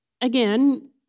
again